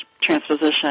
transposition